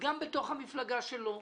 גם בתוך המפלגה שלו.